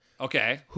Okay